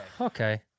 Okay